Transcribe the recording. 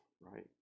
right